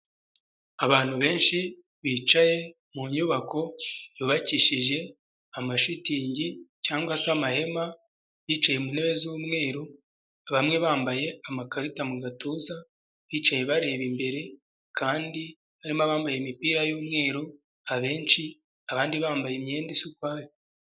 Abantu benshi bicaye mu nyubako yubakishije amashitingi, cyangwa se amahema bicaye mu ntebe z'umweru, bamwe bambaye amakarita mu gatuza bicaye bareba imbere, kandi barimo abambaye imipira y'umweru, abenshi abandi bambaye imyenda isa ukwayo.